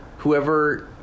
Whoever